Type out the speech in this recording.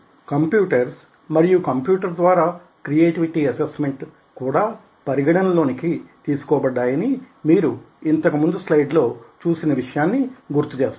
ఇప్పుడు కంప్యూటర్స్ మరియు కంప్యూటర్ ద్వారా క్రియేటివిటీ ఎసెస్మెంట్ కూడా పరిగణనలోనికి తీసుకో పడ్డాయని మీరు ఇంతకు ముందు స్లైడ్ లో చూసిన విషయాన్ని గుర్తు చేస్తాను